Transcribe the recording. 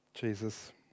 Jesus